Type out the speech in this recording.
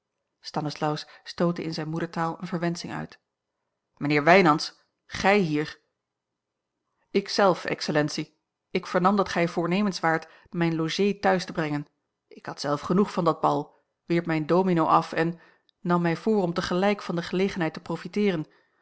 stanislaus stootte in zijne moedertaal eene verwensching uit mijnheer wijnands gij hier ik zelf excellentie ik vernam dat gij voornemens waart mijne logée thuis te brengen ik had zelf genoeg van dat bal wierp mijn domino af en nam mij voor om tegelijk van de gelegenheid te profiteeren